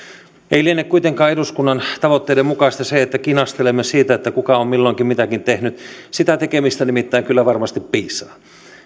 ei liene kuitenkaan eduskunnan tavoitteiden mukaista se että kinastelemme siitä kuka on milloinkin mitäkin tehnyt sitä tekemistä nimittäin kyllä varmasti piisaa